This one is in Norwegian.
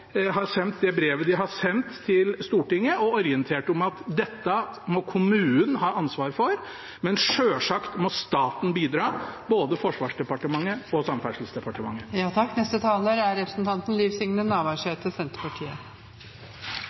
har sendt det brevet de har sendt til Stortinget og orientert om at dette må kommunen ha ansvar for, men selvsagt må staten bidra – både Forsvarsdepartementet og Samferdselsdepartementet. Formannskapet i Skedsmo rår altså Stortinget frå å gjere eit slikt vedtak. Eg synest nok det er